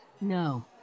No